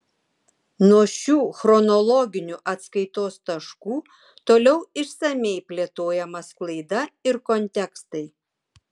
nuo šių chronologinių atskaitos taškų toliau išsamiai plėtojama sklaida ir kontekstai